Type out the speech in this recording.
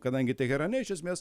kadangi teherane iš esmės